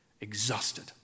Exhausted